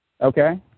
okay